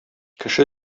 кеше